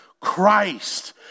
Christ